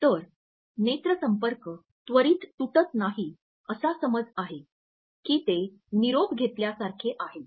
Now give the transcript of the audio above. तर नेत्र संपर्क त्वरित तुटत नाही असा समज आहे की ते निरोप घेतल्यासारखे आहे